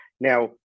now